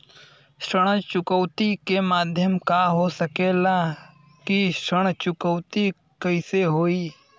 ऋण चुकौती के माध्यम का हो सकेला कि ऋण चुकौती कईसे होई?